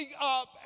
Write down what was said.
up